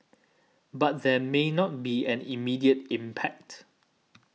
but there may not be an immediate impact